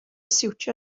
siwtio